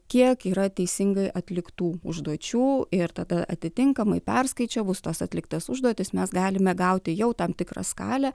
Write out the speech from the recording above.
kiek yra teisingai atliktų užduočių ir tada atitinkamai perskaičiavus tas atliktas užduotis mes galime gauti jau tam tikrą skalę